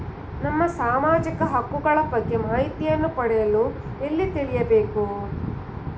ನಮ್ಮ ಸಾಮಾಜಿಕ ಹಕ್ಕುಗಳ ಬಗ್ಗೆ ಮಾಹಿತಿಯನ್ನು ಪಡೆಯಲು ಎಲ್ಲಿ ತಿಳಿಯಬೇಕು?